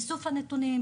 איסוף הנתונים,